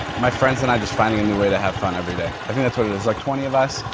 my friends and i just finding a new way to have fun every day. i think that's what it is. there's like twenty of us.